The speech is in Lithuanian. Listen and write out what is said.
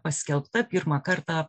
paskelbta pirmą kartą